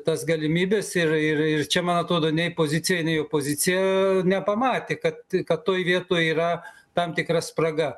tas galimybes ir ir čia man atrodo nei pozicija nei opozicija nepamatė kad kad toj vietoj yra tam tikra spraga